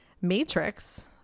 matrix